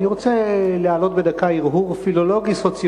אני רוצה להעלות בדקה הרהור פילולוגי-סוציולוגי.